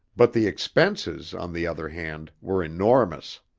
but the expenses, on the other hand, were enormous.